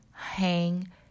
hang